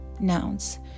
nouns